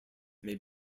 may